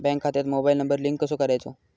Bank खात्यात mobile number link कसो करायचो?